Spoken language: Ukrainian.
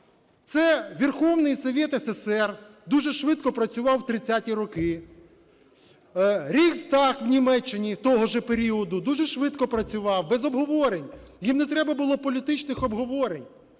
Це Верховный Совет СССР, дуже швидко працював в 30-ті роки. Рейхстаг в Німеччині, того ж періоду, дуже швидко працював. Без обговорень, їм не треба було політичних обговорень,